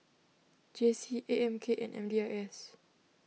J C A M K and M D I S